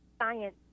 science